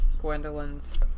Gwendolyn's